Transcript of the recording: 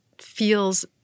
feels